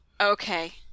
Okay